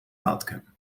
outcome